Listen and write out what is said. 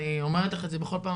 אני אומרת לך את זה כל פעם,